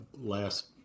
last